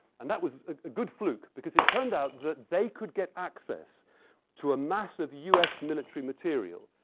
and that was a good fluke because it turned out that they could get access to a massive us military material,